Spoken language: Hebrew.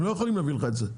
הם לא יכולים להביא את זה.